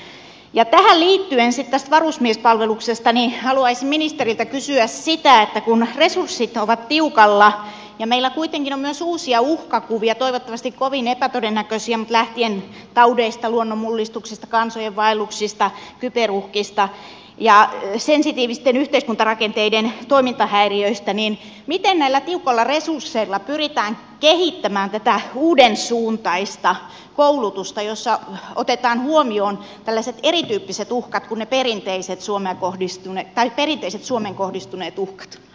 tähän liittyen sitten tästä varusmiespalveluksesta haluaisin ministeriltä kysyä sitä että kun resurssit ovat tiukalla ja meillä kuitenkin on myös uusia uhkakuvia toivottavasti kovin epätodennäköisiä mutta lähtien taudeista luonnonmullistuksista kansojenvaelluksista kyberuhkista ja sensitiivisten yhteiskuntarakenteiden toimintahäiriöistä niin miten näillä tiukoilla resursseilla pyritään kehittämään tätä uudensuuntaista koulutusta jossa otetaan huomioon tällaiset erityyppiset uhkat kuin ne perinteiset suomeen kohdistuneet uhkat